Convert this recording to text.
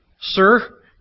Sir